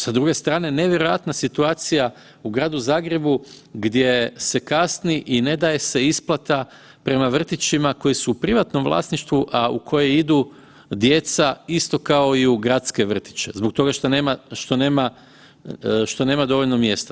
Sa druge strane nevjerojatna situacija u gradu Zagrebu gdje se kasni i ne daje se isplata prema vrtićima koji su u privatnom vlasništvu, a u koje idu djeca istog kao i u gradske vrtiće, zbog toga što nema, što nema dovoljno mjesta.